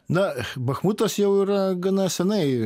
na bachmutas jau yra gana senai